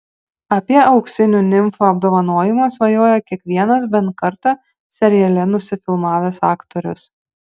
apie auksinių nimfų apdovanojimą svajoja kiekvienas bent kartą seriale nusifilmavęs aktorius